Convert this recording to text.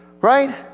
right